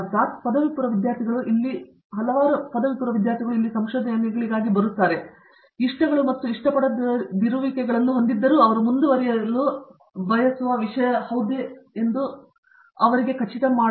ಅರ್ಥಾತ್ ಪದವಿಪೂರ್ವ ವಿದ್ಯಾರ್ಥಿಗಳು ಇಲ್ಲಿ ಹಲವಾರು ಸಂಶೋಧನೆಗಳಿಗಾಗಿ ಬರುತ್ತಾರೆ ಇಷ್ಟಗಳು ಮತ್ತು ಇಷ್ಟಪಡದಿರುವಿಕೆಗಳನ್ನು ಹೊಂದಿದ್ದರೂ ಅವರು ಮುಂದುವರೆಯಲು ಬಯಸುವ ವಿಷಯವೇ ಎಂಬುದು ಅವರಿಗೆ ಖಚಿತವಾಗಿಲ್ಲ